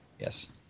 Yes